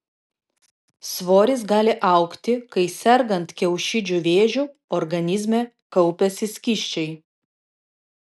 svoris gali augti kai sergant kiaušidžių vėžiu organizme kaupiasi skysčiai